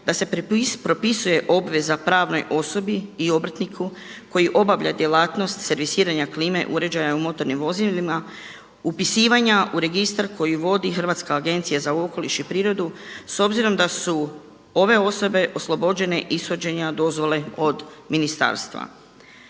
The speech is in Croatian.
da se propisuje obveza pravnoj osobi i obrtniku koji obavlja djelatnost servisiranja klime uređaja u motornim vozilima, upisivanja u registar koji vodi Hrvatska agencija za okoliš i prirodu, s obzirom da su ove osobe oslobođene ishođenja dozvole od ministarstva.